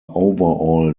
overall